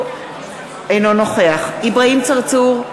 אינו נוכח אברהים צרצור,